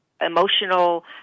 emotional